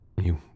You